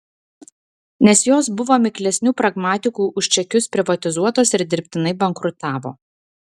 nes jos buvo miklesnių pragmatikų už čekius privatizuotos ir dirbtinai bankrutavo